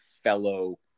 fellow